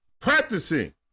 Practicing